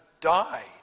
die